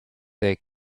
their